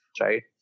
right